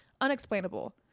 Unexplainable